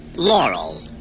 laurel